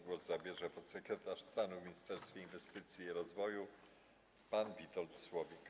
Głos zabierze podsekretarz stanu w Ministerstwie Inwestycji i Rozwoju pan Witold Słowik.